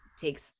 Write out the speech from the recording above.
takes